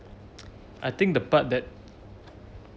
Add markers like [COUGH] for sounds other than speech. [NOISE] I think the part that